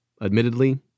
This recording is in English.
admittedly